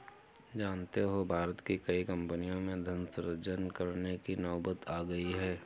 जानते हो भारत की कई कम्पनियों में धन सृजन करने की नौबत आ गई है